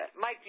Mike